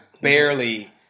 barely